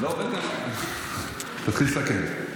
תתחיל לסכם.